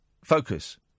Focus